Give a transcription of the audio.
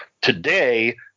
Today